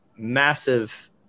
Massive